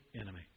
enemy